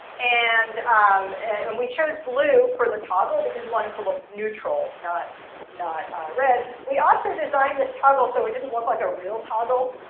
and um we chose blue for the toggle because we want it to look neutral. not not red. we also designed this toggle so it didn't look like a real toggle.